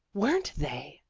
weren't they!